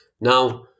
Now